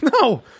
No